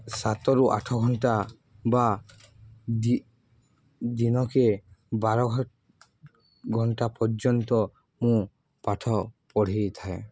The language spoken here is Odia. ସାତରୁ ଆଠ ଘଣ୍ଟା ବା ଦିନକେ ବାର ଘଣ୍ଟା ପର୍ଯ୍ୟନ୍ତ ମୁଁ ପାଠ ପଢ଼ାଇ ଥାଏ